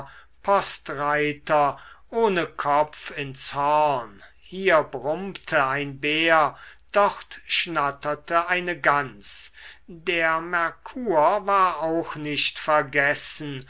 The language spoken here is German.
postreiter ohne kopf ins horn hier brummte ein bär dort schnatterte eine gans der merkur war auch nicht vergessen